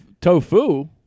tofu